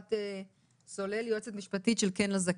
יפעת סולל יועצת משפטית של "כן לזקן".